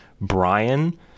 Brian